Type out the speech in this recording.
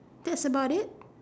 that's about it